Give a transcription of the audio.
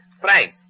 Frank